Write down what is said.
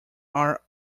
are